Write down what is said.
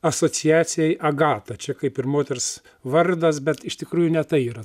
asociacijai agata čia kaip ir moters vardas bet iš tikrųjų ne tai yra